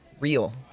real